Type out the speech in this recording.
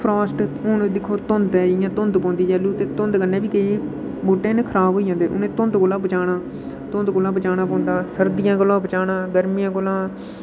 Frost उ'न दिक्खो धुंध ऐ जि'यां धुंध पौंदी जैल्लूं ते धुंध कन्नै केईं बूह्टे न खराब होई जंदे उ'नें ई धुंध कोला बचाना धुंध कोला बचाना पौंदा सर्दियें कोला बचाना गर्मियं कोला